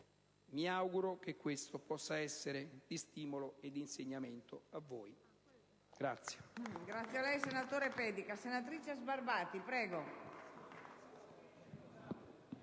Mi auguro che questo possa essere di stimolo e d'insegnamento a voi.